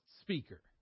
speaker